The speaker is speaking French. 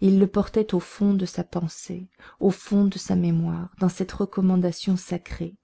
il le portait au fond de sa pensée au fond de sa mémoire dans cette recommandation sacrée